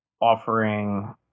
offering